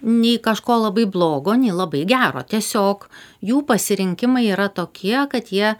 nei kažko labai blogo nei labai gero tiesiog jų pasirinkimai yra tokie kad jie